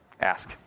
Ask